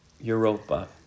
Europa